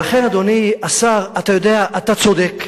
ולכן, אדוני השר, אתה יודע, אתה צודק,